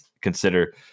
consider